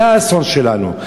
זה האסון שלנו.